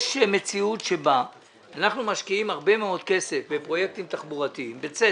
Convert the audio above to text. יש מציאות שבה אנחנו משקיעים הרבה מאוד כסף בפרויקטים תחבורתיים בצדק.